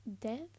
death